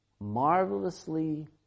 marvelously